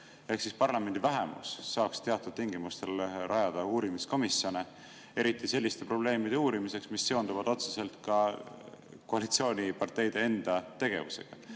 ehk siis parlamendi vähemus saaks teatud tingimustel rajada uurimiskomisjone, eriti selliste probleemide uurimiseks, mis seonduvad otseselt koalitsiooniparteide enda tegevusega.